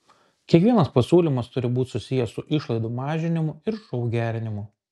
kiekvienas pasiūlymas turi būti susijęs su išlaidų mažinimu ir šou gerinimu